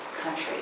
country